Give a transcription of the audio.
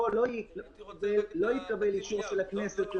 --- שיגיע לוועדת הכספים